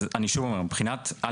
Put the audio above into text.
אז אני שוב אומר, א'.